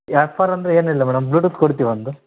offer ಅಂದರೆ ಏನಿಲ್ಲ madam bluetooth ಕೊಡ್ತೀವಿ ಒಂದು